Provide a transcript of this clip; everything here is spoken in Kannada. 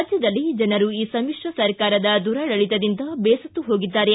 ರಾಜ್ಙದಲ್ಲಿ ಜನರು ಈ ಸಮ್ನಿತ್ರ ಸರ್ಕಾರದ ದುರಾಡಳಿತದಿಂದ ಬೇಸತ್ತು ಹೋಗಿದ್ದಾರೆ